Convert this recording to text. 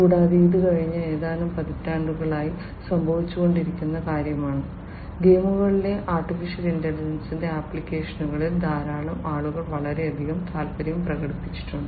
കൂടാതെ ഇത് കഴിഞ്ഞ ഏതാനും പതിറ്റാണ്ടുകളായി സംഭവിച്ചുകൊണ്ടിരിക്കുന്ന കാര്യമാണ് ഗെയിമുകളിലെ AI യുടെ ആപ്ലിക്കേഷനുകളിൽ ധാരാളം ആളുകൾ വളരെയധികം താൽപ്പര്യം പ്രകടിപ്പിച്ചിട്ടുണ്ട്